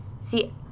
See